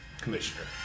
commissioner